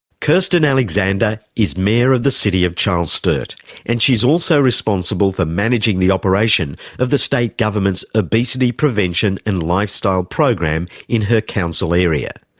kirsten alexander is mayor of the city of charles sturt and she's also responsible for managing the operation of the state government's obesity prevention and lifestyle program in her council area.